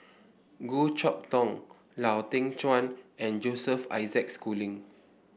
Goh Chok Tong Lau Teng Chuan and Joseph Isaac Schooling